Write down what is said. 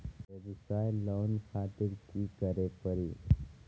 वयवसाय लोन खातिर की करे परी?